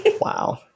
Wow